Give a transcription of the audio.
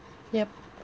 yup